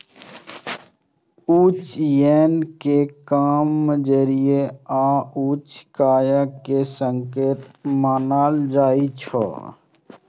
उच्च यील्ड कें कम जोखिम आ उच्च आय के संकेतक मानल जाइ छै